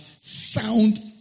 sound